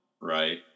right